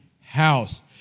house